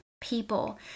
people